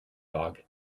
dog